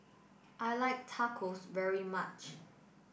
I like Tacos very much